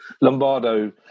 Lombardo